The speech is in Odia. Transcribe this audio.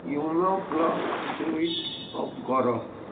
ୱିମୋ ପ୍ଲଗ୍ ସ୍ୱିଚ୍ ଅଫ୍ କର